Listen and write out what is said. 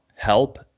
help